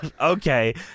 Okay